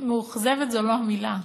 מאוכזבת זו לא המילה,